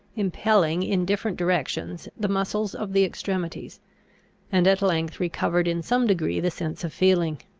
impelling in different directions the muscles of the extremities and at length recovered in some degree the sense of feeling.